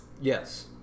Yes